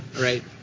Right